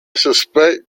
suspect